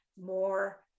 more